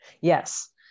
Yes